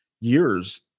years